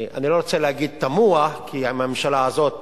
אני לא רוצה להגיד תמוה, כי לגבי הממשלה הזאת,